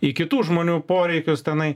į kitų žmonių poreikius tenai